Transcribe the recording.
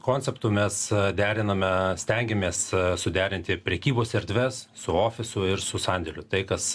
konceptu mes deriname stengėmės suderinti prekybos erdves su ofisu ir sandėliu tai kas